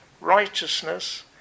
righteousness